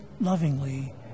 lovingly